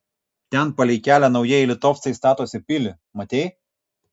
ten palei kelią naujieji litovcai statosi pilį matei